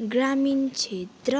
ग्राणीण क्षेत्र